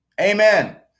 Amen